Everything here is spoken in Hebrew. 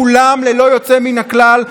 כולם ללא יוצא מן הכלל,